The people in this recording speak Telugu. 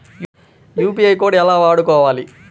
యూ.పీ.ఐ కోడ్ ఎలా వాడుకోవాలి?